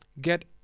get